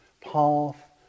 path